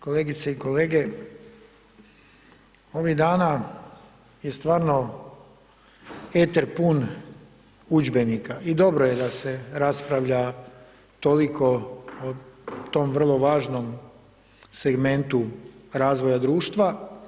Kolegice i kolege, ovih dana je stvarno … pun udžbenika i dobro je da se raspravlja toliko o tom vrlo važnom segmentu razvoja društva.